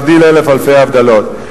להבדיל אלף אלפי הבדלות,